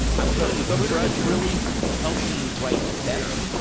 i'll tell you, twitter has really helped me write better.